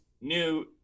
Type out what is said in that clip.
new